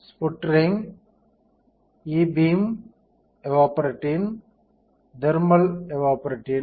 sputtering IBM evaporation thermal evaporation